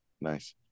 Nice